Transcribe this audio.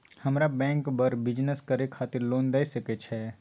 हमरा बैंक बर बिजनेस करे खातिर लोन दय सके छै?